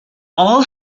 all